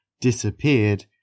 disappeared